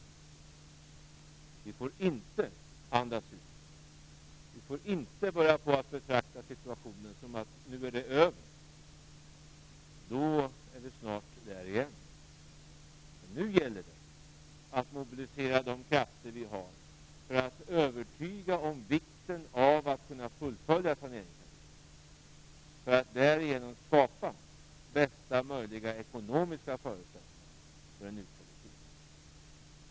Vi får inte andas ut och börja se det så att problemen nu är över. Då är vi snart tillbaka i problemen igen. Nu gäller det att mobilisera de krafter som vi har för att övertyga om vikten av att kunna fullfölja saneringsarbetet, för att därigenom skapa bästa möjliga ekonomiska förutsättningar för en uthållig tillväxt.